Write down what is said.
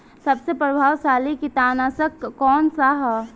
सबसे प्रभावशाली कीटनाशक कउन सा ह?